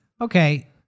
Okay